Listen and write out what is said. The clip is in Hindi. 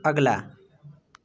अगला